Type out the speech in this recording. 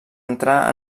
entrar